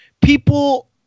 people